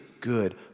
good